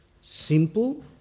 Simple